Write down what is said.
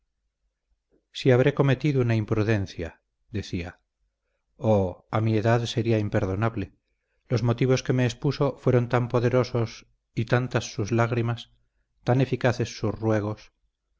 si habré cometido una imprudencia decía oh a mi edad sería imperdonable los motivos que me expuso fueron tan poderosos y tantas sus lágrimas tan eficaces sus ruegos